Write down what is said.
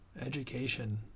education